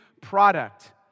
product